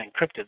encrypted